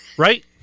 Right